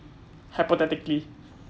hypothetically